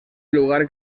lugar